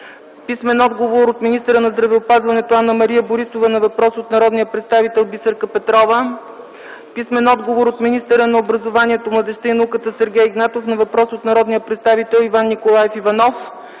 писмен отговор от министъра на здравеопазването Анна-Мария Борисова на въпрос от народния представител Бисерка Петрова; - писмен отговор от министъра на образованието, младежта и науката Сергей Игнатов на въпрос от народния представител Иван Николаев Иванов;